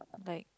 like